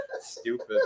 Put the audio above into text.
stupid